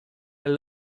and